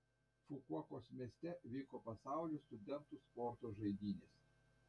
fukuokos mieste vyko pasaulio studentų sporto žaidynės